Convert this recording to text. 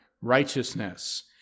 righteousness